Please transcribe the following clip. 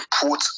put